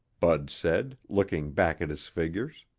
bud said, looking back at his figures.